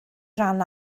ran